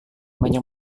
banyak